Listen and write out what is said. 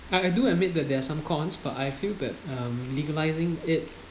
I do admit that there are some cons but I feel that um legalising it